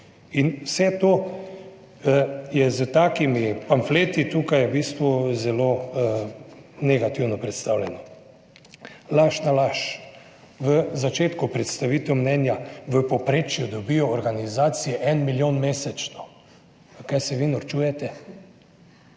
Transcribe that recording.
In vse to je s takimi pamfleti tukaj v bistvu zelo negativno predstavljeno. Laž na laž. V začetku predstavitev mnenja v povprečju dobijo organizacije en milijon mesečno. Pa kaj se vi norčujete?